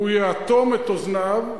הוא יאטום את אוזניו,